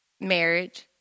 marriage